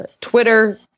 Twitter